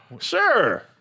Sure